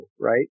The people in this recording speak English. right